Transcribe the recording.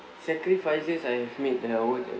sacrifices I've made that I always